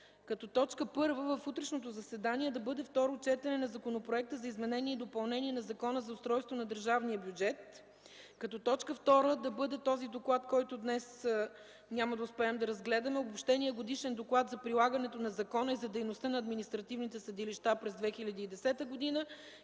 като т. 1 в утрешното заседание да бъде Второ четене на Законопроекта за изменение и допълнение на Закона за устройството на държавния бюджет; - като т. 2 да бъде този доклад, който днес няма да успеем да разгледаме – Обобщен годишен доклад за прилагането на Закона и за дейността на административните съдилища през 2010 г.;